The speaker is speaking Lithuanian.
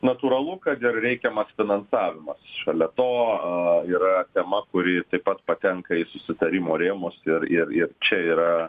natūralu kad ir reikiamas finansavimas šalia to yra tema kuri taip pat patenka į susitarimo rėmus ir ir ir čia yra